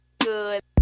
good